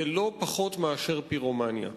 זה לא פחות מאשר פירומניה.